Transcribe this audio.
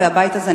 והבית הזה,